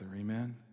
amen